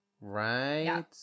right